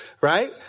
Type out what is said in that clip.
right